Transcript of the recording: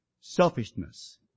selfishness